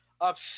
upset